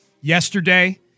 yesterday